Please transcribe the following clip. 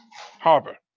harbor